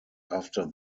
after